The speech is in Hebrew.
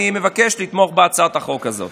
אני מבקש לתמוך בהצעת החוק הזאת.